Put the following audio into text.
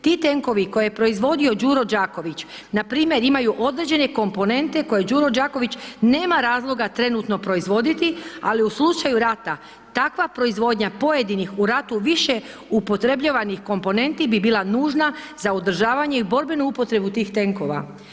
Ti tenkovi koje je proizvodio Đuro Đaković npr. imaju određene komponente koje Đuro Đaković nema razloga trenutno proizvoditi, ali u slučaju rata takva proizvodnja pojedinih u ratu više upotrebljavanih komponenti bi bila nužna za održavanje i borbenu upotrebu tih tenkova.